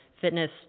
Fitness